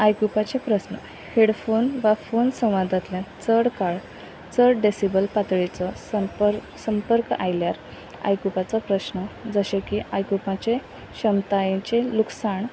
आयकुपाचे प्रस्न हेडफोन वा फोन संवादांतल्यान चड काळ चड डेसिबल पातळीचो संप संपर्क आयल्यार आयकुपाचो प्रस्न जशे की आयकुपाचे क्षमतायेचे लुकसाण